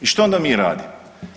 I što onda mi radimo?